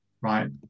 right